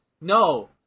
no